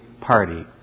party